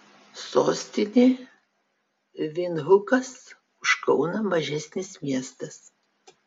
sostinė vindhukas už kauną mažesnis miestas